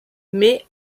mais